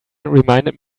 reminded